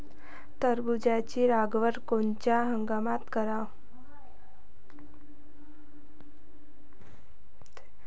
टरबूजाची लागवड कोनत्या हंगामात कराव?